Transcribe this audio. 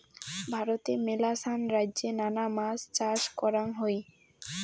ভারতে মেলাছান রাইজ্যে নানা মাছ চাষ করাঙ হই